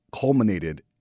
culminated